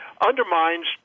undermines